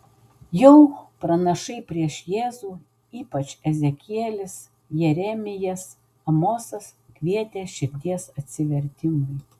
jau pranašai prieš jėzų ypač ezekielis jeremijas amosas kvietė širdies atsivertimui